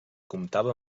comptava